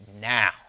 now